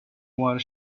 while